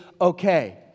Okay